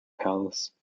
palace